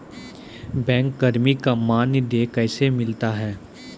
Bank कर्मचारी का मानदेय कैसे मिलता हैं?